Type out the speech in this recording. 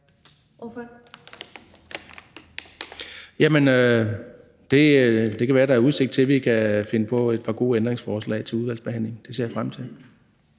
(EL): Jamen det kan være, der er udsigt til, at vi kan finde på et par gode ændringsforslag til udvalgsbehandlingen. Det ser jeg frem til.